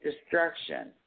destruction